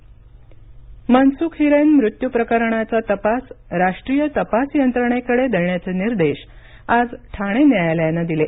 मनसुख हिरेन मनसुख हिरेन मृत्यू प्रकरणाचा तपास राष्ट्रीय तपास यंत्रणेकडे देण्याचे निर्देश आज ठाणे न्यायालयानं दिले